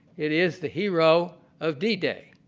it is the hero of d day.